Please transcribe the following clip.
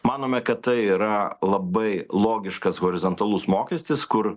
manome kad tai yra labai logiškas horizontalus mokestis kur